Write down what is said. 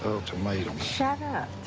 ultimatum. shut up,